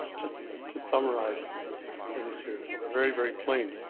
just to summarize things here so they're very, very plain,